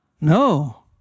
No